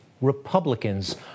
Republicans